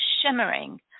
shimmering